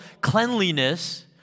cleanliness